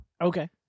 Okay